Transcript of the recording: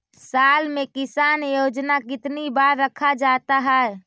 साल में किसान योजना कितनी बार रखा जाता है?